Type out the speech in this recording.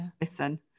Listen